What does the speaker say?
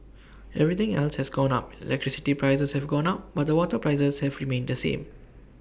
everything else has gone up electricity prices have gone up but the water prices have remained the same